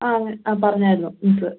ആ ആണ് ആ പറഞ്ഞായിരുന്നു മിസ്സ്